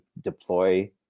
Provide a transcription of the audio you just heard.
deploy